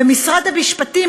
ומשרד המשפטים,